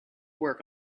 work